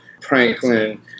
Franklin